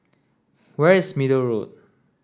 where is Middle Road